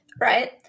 right